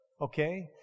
okay